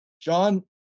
John